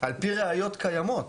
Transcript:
על פי ראיות קיימות.